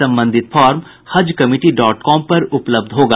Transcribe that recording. संबंधित form Haj committee dot com पर उपलब्ध होगा